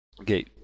Okay